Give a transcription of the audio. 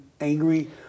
angry